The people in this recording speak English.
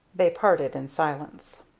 they parted in silence.